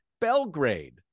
Belgrade